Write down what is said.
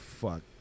fuck